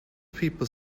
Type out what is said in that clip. people